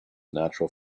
natural